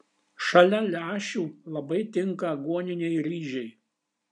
šalia lęšių labai tinka aguoniniai ryžiai